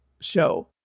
show